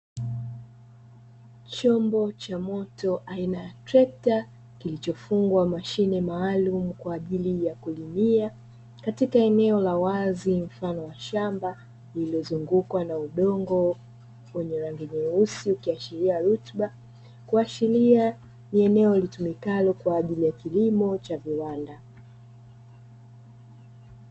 Chombo cha moto aina ya trekta, kilichofungwa mashine maalumu kwa ajili ya kulimia katika eneo la wazi mfano wa shamba, lililozungukwa na udongo wenye rangi nyeusi ukiashiria rutuba. Kuashiria ni eneo litumikalo kwa ajili ya kilimo cha viwanda.